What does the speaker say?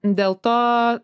dėl to